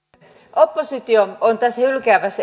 oppositio on tässä